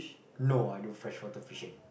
no I do fresh water fishing